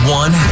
one